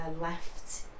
left